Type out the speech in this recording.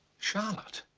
charlotte?